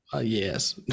Yes